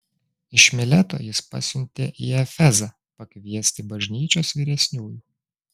iš mileto jis pasiuntė į efezą pakviesti bažnyčios vyresniųjų